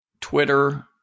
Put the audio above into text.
Twitter